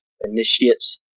initiates